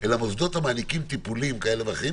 אלא מוסדות שמעניקים טיפולים כאלה ואחרים